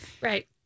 Right